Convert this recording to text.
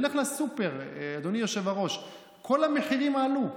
לך לסופר, אדוני היושב-ראש כל המחירים עלו.